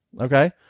Okay